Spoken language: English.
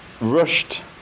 rushed